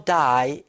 die